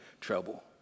trouble